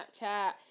Snapchat